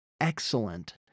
excellent